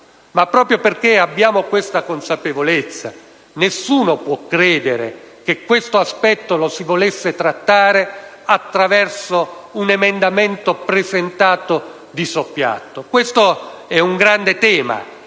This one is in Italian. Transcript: Ma proprio perché vi è tale consapevolezza, nessuno può credere che questo tema lo si volesse trattare attraverso un emendamento presentato di soppiatto. Si tratta di un grande tema